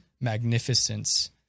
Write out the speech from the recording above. magnificence